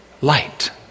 light